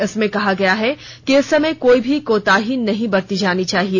इसमें कहा गया है कि इस समय कोई भी कोताही नहीं बरती जानी चाहिए